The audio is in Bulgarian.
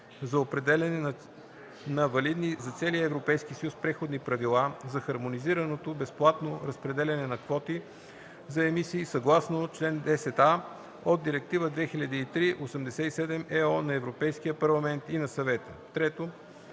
за определяне на валидни за целия Европейски съюз преходни правила за хармонизираното безплатно разпределяне на квоти за емисии съгласно член 10а от Директива 2003/87/ЕО на Европейския парламент и на Съвета; 3.